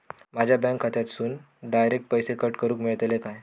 माझ्या बँक खात्यासून डायरेक्ट पैसे कट करूक मेलतले काय?